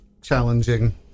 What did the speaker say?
challenging